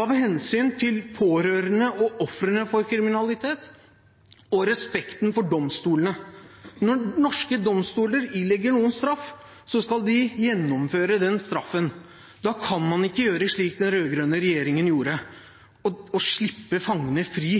av hensyn til pårørende og ofrene for kriminalitet og respekten for domstolene. Når norske domstoler ilegger noen en straff, skal man gjennomføre den straffen. Da kan man ikke gjøre slik den rød-grønne regjeringen gjorde: å slippe fangene fri